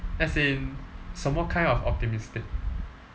as in 什么 kind of optimistic